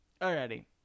Alrighty